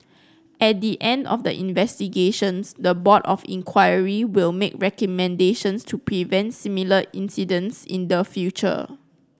at the end of the investigations the Board of Inquiry will make recommendations to prevent similar incidents in the future